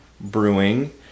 Brewing